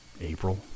April